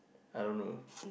I don't know